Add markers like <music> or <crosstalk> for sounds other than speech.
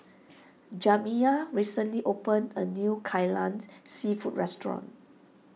Jamiya recently opened a new Kai Lan <unintelligible> Seafood restaurant